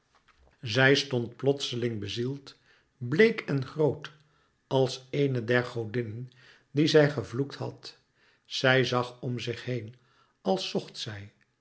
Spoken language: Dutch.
zij stond plotseling bezield bleek en groot als eene der godinnen die zij gevloekt had zij zag om zich heen als zocht zij